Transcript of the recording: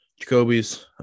Jacoby's